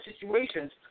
situations